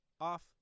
off